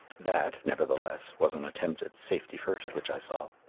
that, nevertheless, was an attempt at safety first which i saw.